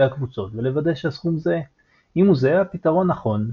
הקבוצות ולוודא שהסכום זהה; אם הוא זהה הפתרון נכון,